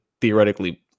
theoretically